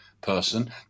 person